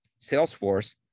Salesforce